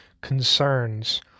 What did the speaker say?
concerns